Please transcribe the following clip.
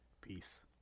Peace